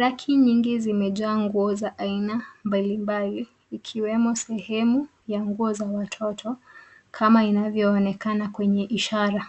Raki nyingi zimejaa nguo za aina mbali mbali ikiwemo sehemu ya nguo za watoto kama inavyoonekana kwenye ishara.